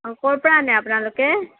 ক'ৰ পৰা আনে আপোনালোকে